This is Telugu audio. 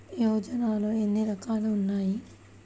యోజనలో ఏన్ని రకాలు ఉన్నాయి?